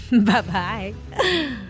Bye-bye